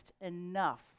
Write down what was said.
enough